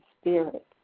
Spirit